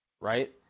right